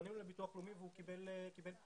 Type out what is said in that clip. פנינו לביטוח לאומי והוא קיבל פטור.